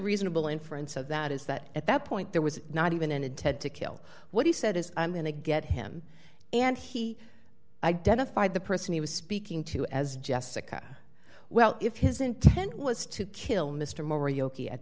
reasonable inference of that is that at that point there was not even an intent to kill what he said is i'm going to get him and he identified the person he was speaking to as jessica well if his intent was to kill mr mori yochi at